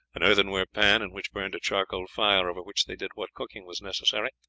an earthenware pan, in which burned a charcoal fire over which they did what cooking was necessary,